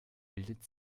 bildet